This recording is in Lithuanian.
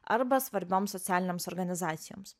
arba svarbioms socialinėms organizacijoms